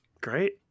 great